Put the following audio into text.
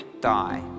die